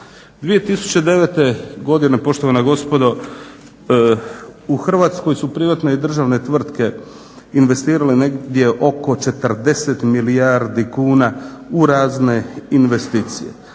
2009. godine poštovana gospodo u Hrvatskoj su privatne i državne tvrtke investirale negdje oko 40 milijardi kuna u razne investicije.